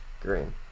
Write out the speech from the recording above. green